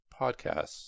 podcasts